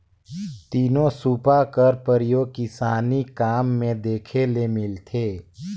तीनो सूपा कर परियोग किसानी काम मे देखे ले मिलथे